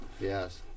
Yes